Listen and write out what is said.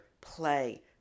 play